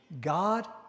God